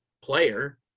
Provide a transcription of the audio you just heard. player